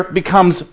becomes